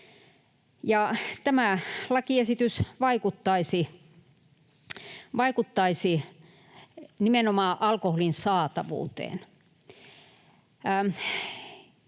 Tämä lakiesitys vaikuttaisi nimenomaan alkoholin saatavuuteen.